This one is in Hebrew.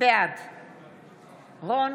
מאפשרים להם להגיע למקום שבו הם אמורות